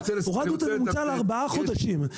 הורדנו את הממוצע לארבעה חודשים.